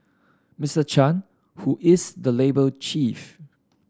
Mister Chan who is the labour chief